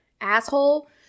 Asshole